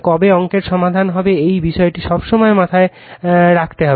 কবে অংকের সমাধান হবে এই বিষয়টি সবসময় মাথায় রাখতে হবে